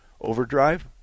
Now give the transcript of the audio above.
overdrive